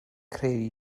credu